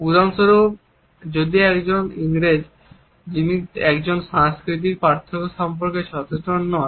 উদাহরণস্বরূপ যদি একজন ইংরেজ যিনি এই সাংস্কৃতিক পার্থক্য সম্পর্কে সচেতন নন